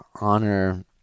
honor